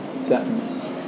sentence